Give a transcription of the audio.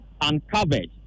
uncovered